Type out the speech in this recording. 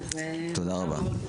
תודה רבה.